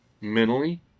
mentally